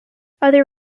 other